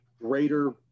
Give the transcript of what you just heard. greater